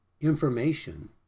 information